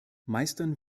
meistern